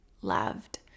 loved